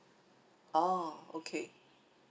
orh okay